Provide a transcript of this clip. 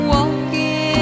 Walking